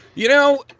you know,